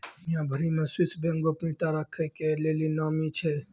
दुनिया भरि मे स्वीश बैंक गोपनीयता राखै के लेली नामी छै